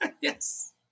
yes